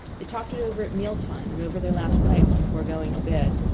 they talked it over at meal-time, and over their last pipes before going to bed,